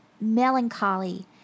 melancholy